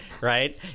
right